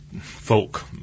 folk